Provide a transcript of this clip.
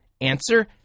Answer